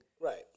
Right